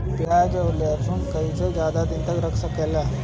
प्याज और लहसुन के ज्यादा दिन तक कइसे रख सकिले?